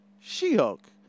She-Hulk